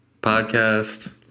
Podcast